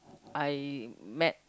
I met